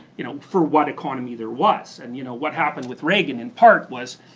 you know for what economy there was. and you know what happened with reagan in part was,